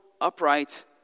upright